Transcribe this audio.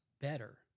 better